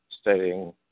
stating